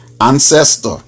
ancestor